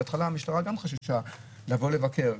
בהתחלה המשטרה גם חששה לבוא לבקר.